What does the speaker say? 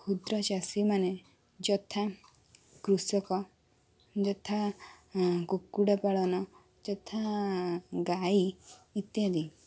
କ୍ଷୁଦ୍ରଚାଷୀମାନେ ଯଥା କୃଷକ ଯଥା କୁକୁଡ଼ାପାଳନ ଯଥା ଗାଈ ଇତ୍ୟାଦି